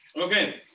Okay